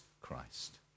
christ